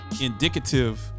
indicative